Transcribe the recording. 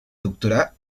doctorar